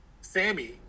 Sammy